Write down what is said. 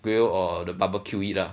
grill or they barbecue it lah